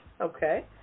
Okay